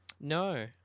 No